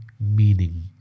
meaning